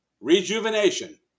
rejuvenation